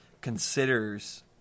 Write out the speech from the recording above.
considers